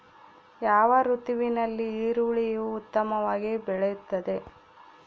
ಯಾವ ಋತುವಿನಲ್ಲಿ ಈರುಳ್ಳಿಯು ಉತ್ತಮವಾಗಿ ಬೆಳೆಯುತ್ತದೆ?